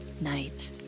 night